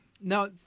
Now